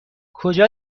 کجا